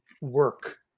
work